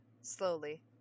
Slowly